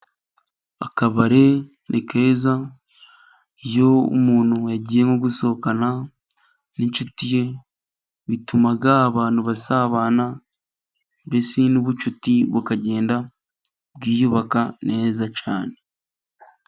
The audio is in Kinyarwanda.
Akabari ni keza iyo umuntu yagiye nko gusohokana n'inshuti ye, bituma abantu basabana mbese n'ubunshuti bukagenda bwiyubaka neza cyane.